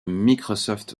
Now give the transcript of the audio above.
microsoft